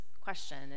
question